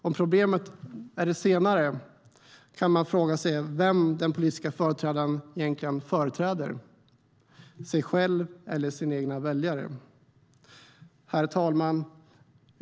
Om problemet är det senare kan man fråga sig vem den politiska företrädaren egentligen företräder - sig själv eller sina väljare. Herr talman!